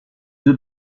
deux